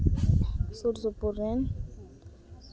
ᱥᱩᱨ ᱥᱩᱯᱩ ᱨᱮᱱ